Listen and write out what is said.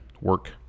Work